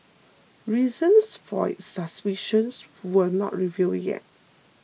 reasons for its suspicion were not revealed yet